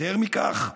יותר מכך?